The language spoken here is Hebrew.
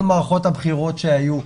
כל מערכות הבחירות שהיו,